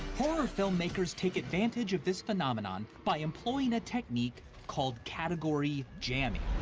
horror filmmakers take advantage of this phenomenon by employing a technique called category jamming,